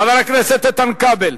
חבר הכנסת איתן כבל.